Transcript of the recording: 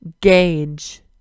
gauge